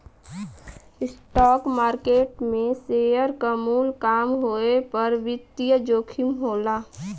stock market में share क मूल्य कम होये पर वित्तीय जोखिम होला